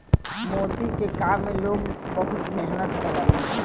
मोती के काम में लोग बहुत मेहनत करलन